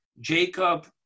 Jacob